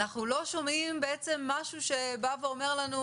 אנחנו לא שומעים משהו שבא ואומר לנו